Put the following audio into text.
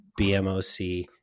BMOC